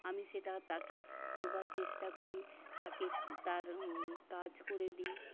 আমি সেটা তাকে করবার চেষ্টা করি তাকে তার কাজ করে দিই